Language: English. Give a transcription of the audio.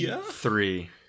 three